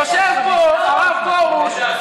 יושב פה הרב פרוש,